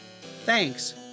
Thanks